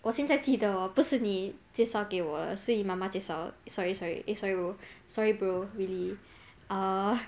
我现在记得 orh 不是你介绍给我的是你妈妈介绍的 sorry sorry eh sorry bro sorry bro really err